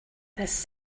this